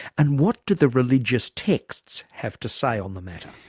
and what do the religious texts have to say on the matter?